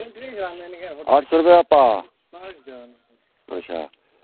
अट्ठ सौ रपेआ भाऽ